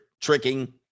tricking